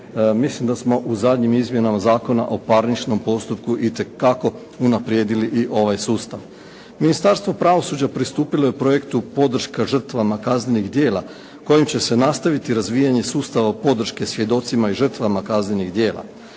Mislim da smo u zadnjim izmjenama Zakona o parničnom postupku itekako unaprijedili i ovaj sustav. Ministarstvo pravosuđa pristupilo je projektu podrška žrtvama kaznenih djela kojim će se nastaviti razvijanje sustava podrške svjedocima i žrtvama kaznenih djela.